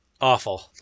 Awful